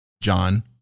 John